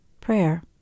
Prayer